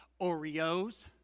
Oreos